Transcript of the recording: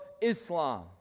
Islam